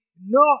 no